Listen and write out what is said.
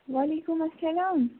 وعلیکُم اَسَلام